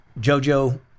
JoJo